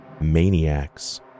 maniacs